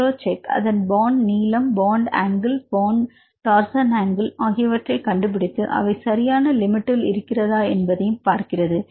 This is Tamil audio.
Procheck அதன் பான்ட் நீளம் பான்ட் அங்கிள் டார்சன் அங்கிள் ஆகியவற்றை கண்டுபிடித்து அவை சரியான லிமிட்ல் இருக்கிறதா என்பதையும் பார்க்கிறது